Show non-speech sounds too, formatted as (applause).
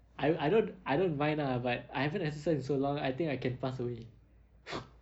I I don't I don't mind lah but I haven't exercised in so long I think I can pass away (laughs)